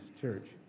church